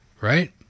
right